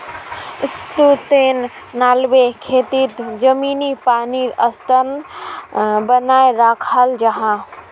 sustainable खेतित ज़मीनी पानीर स्तर बनाए राखाल जाहा